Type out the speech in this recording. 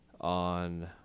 on